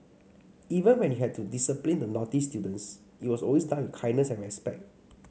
even when you had to discipline the naughty students it was always done kindness and respect